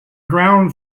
ground